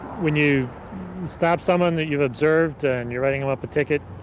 when you stop someone that you observed and you're writing them up a ticket,